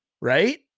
right